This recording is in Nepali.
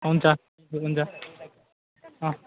हुन्छ हुन्छ अँ